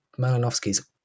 Malinowski's